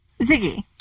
Ziggy